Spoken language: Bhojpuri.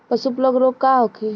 पशु प्लग रोग का होखे?